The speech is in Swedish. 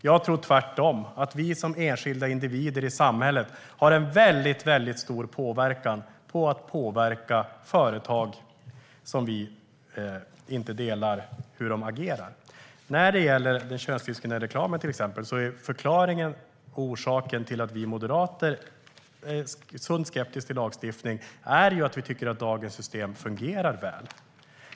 Jag tror tvärtom att vi som enskilda individer i samhället har en väldigt stor påverkan på företag om vi inte stöder deras agerande. När det gäller till exempel den könsdiskriminerande reklamen är förklaringen och orsaken till att vi moderater är sunt skeptiska till lagstiftning att vi tycker att dagens system fungerar väl.